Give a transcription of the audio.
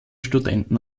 studenten